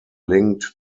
linked